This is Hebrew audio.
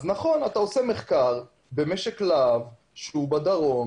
נכון, אתה עושה מחקר במשק להב שהוא בדרום,